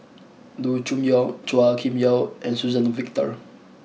Loo Choon Yong Chua Kim Yeow and Suzann Victor